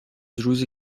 روزی